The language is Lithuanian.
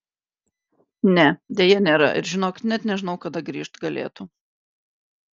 ne deja nėra ir žinok net nežinau kada grįžt galėtų